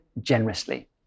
generously